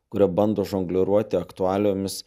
kurie bando žongliruoti aktualijomis